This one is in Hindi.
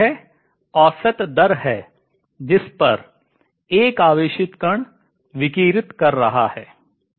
यह औसत दर है जिस पर एक आवेशित कण विकिरित कर रहा है